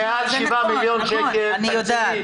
מעל 7 מיליון שקלים - תקציבי.